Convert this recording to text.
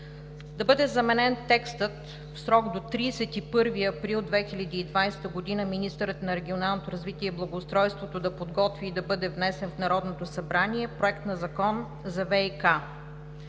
да бъде заменен текстът: „В срок до 31 април 2020 г. министърът на регионалното развитие и благоустройството да подготви и да бъде внесен в Народното събрание Проектозакон за ВиК“.